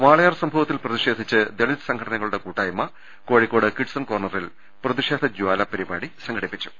വാളയാർ സംഭവത്തിൽ പ്രതിഷേധിച്ച് ദളിത് സംഘടനകളുടെ കൂട്ടായ്മ കോഴിക്കോട് കിഡ്സൺ കോർണറിൽ പ്രതിഷേധ ജാല പരിപാടി സംഘടിപ്പിച്ചു